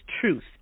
truth